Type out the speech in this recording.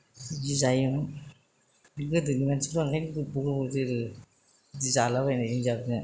जि जायो गोदोनि मानसिफ्रा ओंखायनो गोबाव गोबाव जोरो बिदि जालाबायनायखौ जादिया